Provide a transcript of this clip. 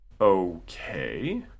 Okay